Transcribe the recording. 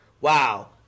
wow